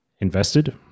invested